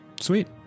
Sweet